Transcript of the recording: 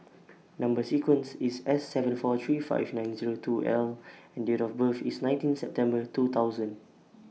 Number sequence IS S seven four three five nine Zero two L and Date of birth IS nineteen September two thousand